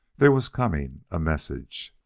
there was coming a message.